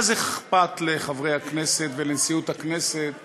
מה אכפת לחברי הכנסת ולנשיאות הכנסת שעכשיו,